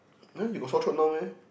then you got sore throat now meh